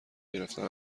گرفتن